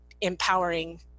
empowering